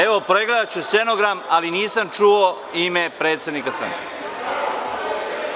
Evo, pregledaću stenogram, ali nisam čuo ime predsednika stranke.